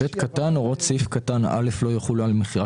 הוראות סעיף קטן (א) לא יחולו על מכירה